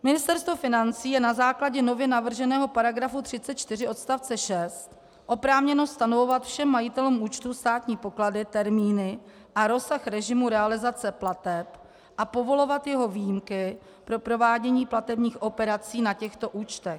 Ministerstvo financí je na základě nově navrženého § 34 odst. 6 oprávněno stanovovat všem majitelům účtu státní poklady termíny a rozsah režimu realizace plateb a povolovat jeho výjimky pro provádění platebních operací na těchto účtech.